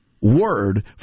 word